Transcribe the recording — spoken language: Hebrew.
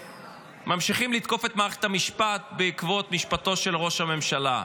שממשיכים לתקוף את מערכת המשפט בעקבות משפטו של ראש הממשלה,